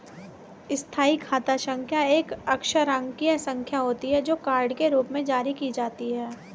स्थायी खाता संख्या एक अक्षरांकीय संख्या होती है, जो कार्ड के रूप में जारी की जाती है